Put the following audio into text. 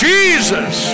Jesus